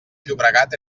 llobregat